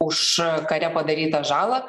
už kare padarytą žalą